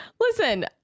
listen